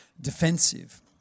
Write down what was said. defensive